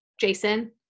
Jason